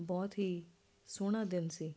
ਬਹੁਤ ਹੀ ਸੋਹਣਾ ਦਿਨ ਸੀ